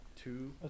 two